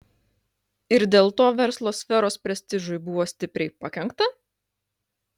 ir dėl to verslo sferos prestižui buvo stipriai pakenkta